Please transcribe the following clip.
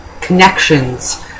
connections